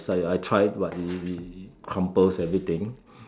it's like I tried but it crumples everything